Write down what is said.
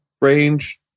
range